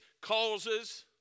causes